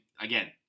again